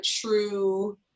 true